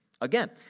Again